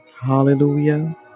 hallelujah